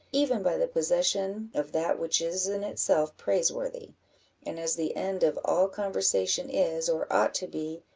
even by the possession of that which is in itself praiseworthy and as the end of all conversation is, or ought to be,